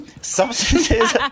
substances